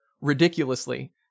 Ridiculously